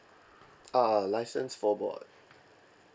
uh license for about